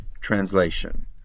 translation